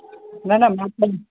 न न मोकिल